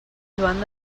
joan